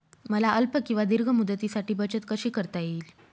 मला अल्प किंवा दीर्घ मुदतीसाठी बचत कशी करता येईल?